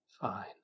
fine